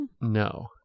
No